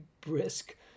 brisk